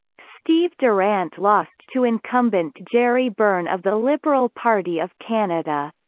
steve durant lost to incumbent gerry byrne of the liberal party of canada.